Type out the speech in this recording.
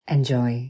Enjoy